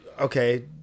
Okay